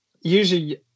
Usually